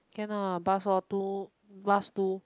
cannot lah bus all too bus too